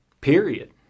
Period